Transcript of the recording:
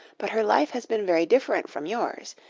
but her life has been very different from yours.